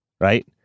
right